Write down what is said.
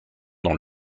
dans